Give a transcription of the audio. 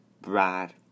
Brad